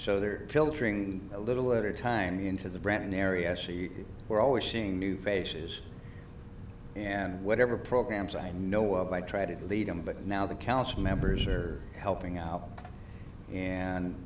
so they are filtering a little at a time into the brandon area so you were always seeing new faces and whatever programs i know up i try to lead them but now the council members are helping out and